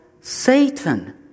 Satan